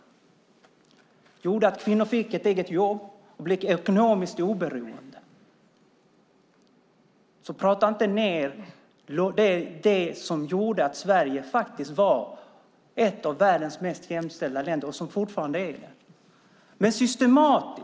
Det gjorde att kvinnor fick ett eget jobb och blev ekonomiskt oberoende. Prata alltså inte ned det som gjorde att Sverige var och fortfarande är ett av världens mest jämställda länder!